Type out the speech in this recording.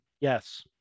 Yes